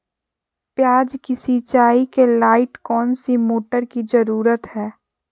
प्याज की सिंचाई के लाइट कौन सी मोटर की जरूरत है?